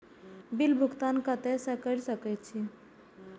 Bill भुगतान केते से कर सके छी?